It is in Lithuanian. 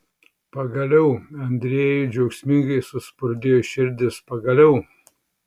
pagaliau andrejui džiaugsmingai suspurdėjo širdis pagaliau